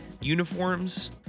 uniforms